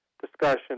discussion